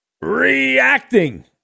reacting